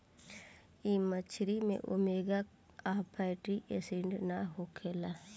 इ मछरी में ओमेगा आ फैटी एसिड ना होखेला